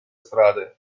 strade